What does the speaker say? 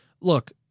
Look